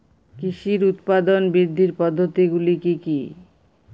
কৃষির উৎপাদন বৃদ্ধির পদ্ধতিগুলি কী কী?